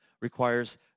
requires